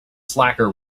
slacker